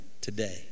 today